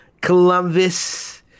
Columbus